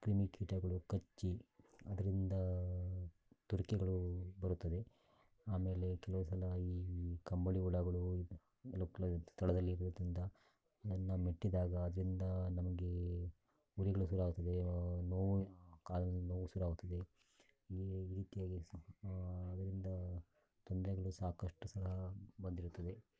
ಕ್ರಿಮಿಕೀಟಗಳು ಕಚ್ಚಿ ಅದರಿಂದ ತುರಿಕೆಗಳು ಬರುತ್ತದೆ ಆಮೇಲೆ ಕೆಲವು ಸಲ ಈ ಕಂಬಳಿ ಹುಳಗಳು ಎಲ್ಲೋ ಕ ತಳದಲ್ಲಿ ಇರುವುದರಿಂದ ಅದನ್ನು ಮೆಟ್ಟಿದಾಗ ಅದರಿಂದ ನಮಗೆ ಉರಿಗಳು ಶುರು ಆಗುತ್ತದೆ ನೋವು ಕಾಲು ನೋವು ಶುರು ಆಗುತ್ತದೆ ಈ ರೀತಿಯಲ್ಲಿ ಅದರಿಂದ ತೊಂದರೆಗಳು ಸಾಕಷ್ಟು ಸಲ ಬಂದಿರುತ್ತದೆ